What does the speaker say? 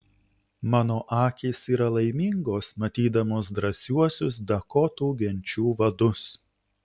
mano akys yra laimingos matydamos drąsiuosius dakotų genčių vadus